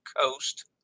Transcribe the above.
coast